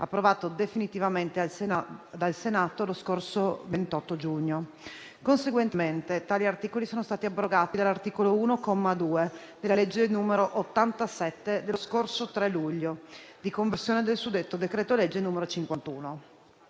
approvato definitivamente dal Senato lo scorso 28 giugno. Conseguentemente, tali articoli sono stati abrogati dall'articolo 1, comma 2, della legge n. 87 del 3 luglio 2023, di conversione del suddetto decreto-legge n. 51.